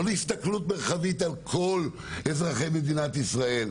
לא להסתכלות מרחבית על כל אזרחי מדינת ישראל.